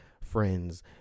friends